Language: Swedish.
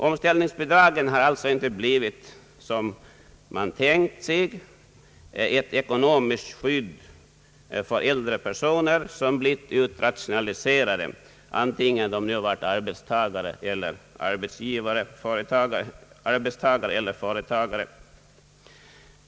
Omställningsbidragen har alltså inte blivit vad man tänkt sig — ett ekonomiskt skydd för äldre personer som blivit utrationaliserade, antingen de nu varit arbetstagare eller företagare.